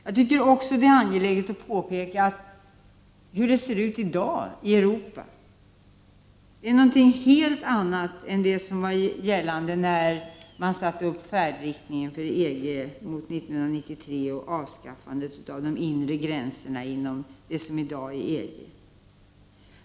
Jag tycker också att det är angeläget att påpeka hur det ser ut i dag i Europa. Det är någonting helt annat än det som gällde när man bestämde färdriktningen för EG mot 1993 och avskaffandet av de inre gränserna inom det som i dag är EG.